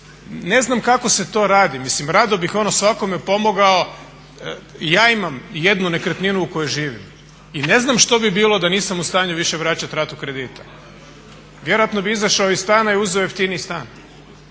Ne znam kako se to radi. Mislim, rado bih ono svakome pomogao. Ja imam jednu nekretninu u kojoj živim i ne znam što bi bilo da nisam u stanju više vraćati ratu kredita. Vjerojatno bih izašao iz stana i uzeo jeftiniji stan.